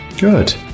Good